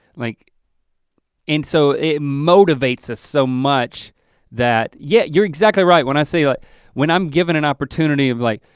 like and so it motivates us so much that yeah you're exactly right, when i say, ah when i'm given an opportunity of like,